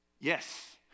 Yes